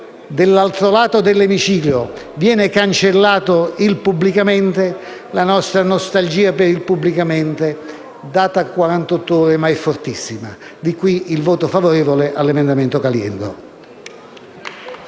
dell'altro lato dell'emiciclo viene cancellato il «pubblicamente», la nostra nostalgia per il «pubblicamente» data quarantotto ore, ma è fortissima. Di qui il voto favorevole all'emendamento 1.401/5.